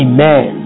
Amen